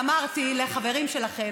אל תשבשו את העובדות.